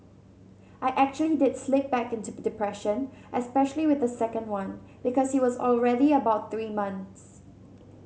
I actually did slip back into depression especially with the second one because he was already about three months